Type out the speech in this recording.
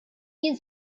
jien